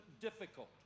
difficult